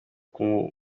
kumwumva